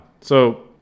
so-